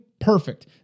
perfect